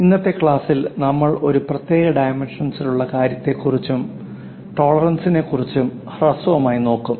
ഇന്നത്തെ ക്ലാസ്സിൽ നമ്മൾ ഒരു പ്രത്യേക ഡൈമെൻഷൻസിലുള്ള കാര്യത്തെക്കുറിച്ചും സഹിഷ്ണുതയെക്കുറിച്ചും ഹ്രസ്വമായി നോക്കും